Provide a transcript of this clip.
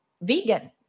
vegan